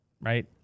right